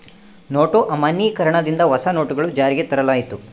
note ಅಮಾನ್ಯೀಕರಣ ದಿಂದ ಹೊಸ ನೋಟುಗಳು ಜಾರಿಗೆ ತರಲಾಯಿತು